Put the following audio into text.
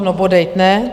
No, bodejť, ne?